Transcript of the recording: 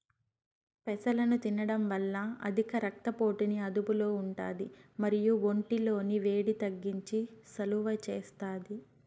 పెసలను తినడం వల్ల అధిక రక్త పోటుని అదుపులో ఉంటాది మరియు ఒంటి లోని వేడిని తగ్గించి సలువ చేస్తాది